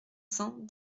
cents